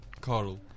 Carl